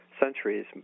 centuries